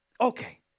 Okay